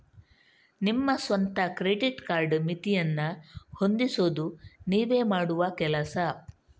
ನಿಮ್ಮ ಸ್ವಂತ credit card ಮಿತಿಯನ್ನ ಹೊಂದಿಸುದು ನೀವೇ ಮಾಡುವ ಕೆಲಸ